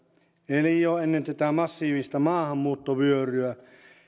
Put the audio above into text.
eli jo ennen tätä massiivista maahanmuuttovyöryä